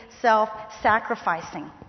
self-sacrificing